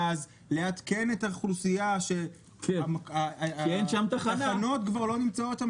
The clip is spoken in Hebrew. אז לעדכן את האוכלוסייה שהתחנות כבר לא נמצאות שם,